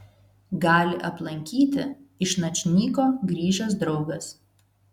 gali aplankyti iš načnyko grįžęs draugas